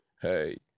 hey